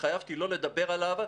שהתחייבתי לא לדבר עליו,